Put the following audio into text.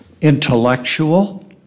intellectual